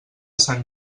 sant